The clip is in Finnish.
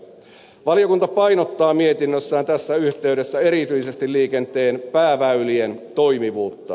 valiokunta painottaa mietinnössään tässä yhteydessä erityisesti liikenteen pääväylien toimivuutta